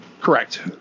Correct